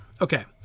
okay